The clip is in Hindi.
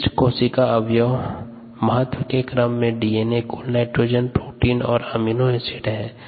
विशिष्ट कोशिका अवयव महत्व के क्रम में डीएनए कुल नाइट्रोजन प्रोटीन और अमीनो एसिड्स हैं